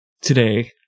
today